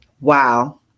Wow